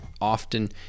often